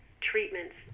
treatments